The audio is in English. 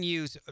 use